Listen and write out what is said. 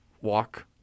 walk